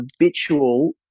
habitual